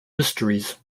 mysteries